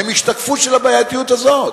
היא השתקפות של הבעייתיות הזאת.